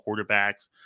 quarterbacks